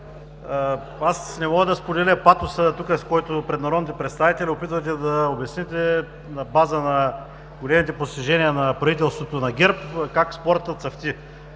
аз не мога да споделя патоса, с който пред народните представители тук се опитвате да обясните на базата на големите постижения на правителството на ГЕРБ как спортът цъфти.